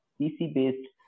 PC-based